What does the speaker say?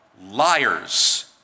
liars